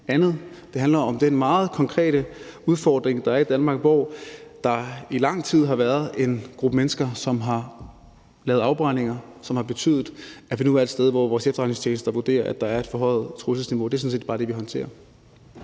det handler om den meget konkrete udfordring, der er i Danmark, hvor der i lang tid har været en gruppe mennesker, som har lavet afbrændinger, hvilket har betydet, at vi nu er et sted, hvor vores efterretningstjenester vurderer, at der er et forhøjet trusselsniveau. Det er sådan set bare det, vi håndterer.